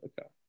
okay